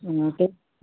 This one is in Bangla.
না তো